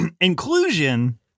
inclusion